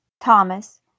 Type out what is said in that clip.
Thomas